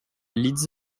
leeds